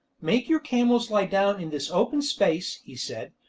make your camels lie down in this open space, he said,